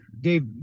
dave